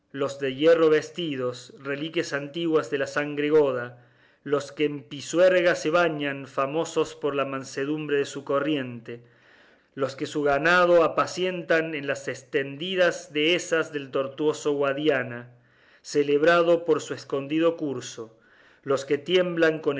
los de hierro vestidos reliquias antiguas de la sangre goda los que en pisuerga se bañan famoso por la mansedumbre de su corriente los que su ganado apacientan en las estendidas dehesas del tortuoso guadiana celebrado por su escondido curso los que tiemblan